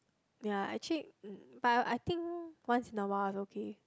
ya actually hmm but I think once in a while is okay